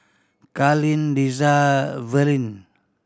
Carleen Liza Verlyn